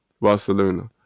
Barcelona